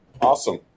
Awesome